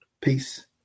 peace